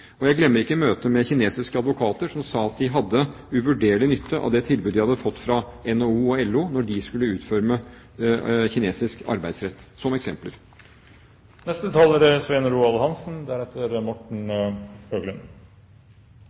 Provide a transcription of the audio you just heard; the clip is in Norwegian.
Jeg glemmer ikke møtet med kinesiske advokater som sa at de hadde uvurderlig nytte av det tilbudet de hadde fått fra NHO og LO da de skulle utforme kinesisk arbeidsrett.